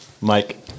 Mike